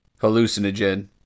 hallucinogen